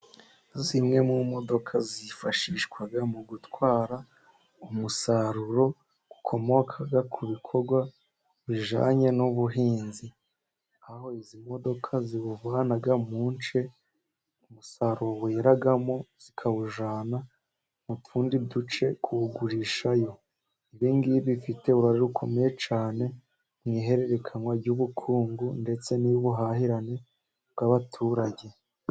Zimwe mu modoka zifashishwa mu gutwara umusaruro ukomoka ku bikorwa bijyananye n'ubuhinzi, aho izi modoka ziwuvuna mu nce umusaruro weramo zikawujyana mu tundi duce kuwugurishayo, ibingi bifite uruhare rukomeye cyane mu ihererekanwa ry'ubukungu, ndetse n'ubuhahirane bw'abaturage.